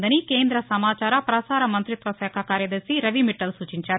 ఉందని కేంద్ర సమాచార పసార మంత్రిత్వ శాఖ కార్యదర్శి రవి మిట్టల్ సూచించారు